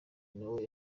nawe